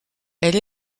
elle